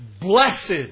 Blessed